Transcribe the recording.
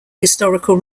historical